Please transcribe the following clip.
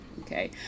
okay